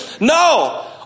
no